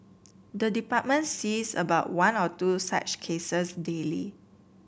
the department sees about one or two such cases daily